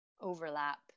overlap